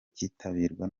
cyitabirwa